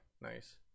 nice